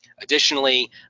Additionally